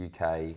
uk